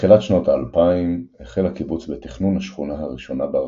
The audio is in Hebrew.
בתחילת שנות האלפיים החל הקיבוץ בתכנון השכונה הראשונה בהרחבה,